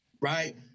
Right